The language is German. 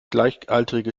gleichaltrige